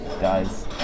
guys